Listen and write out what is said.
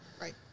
Right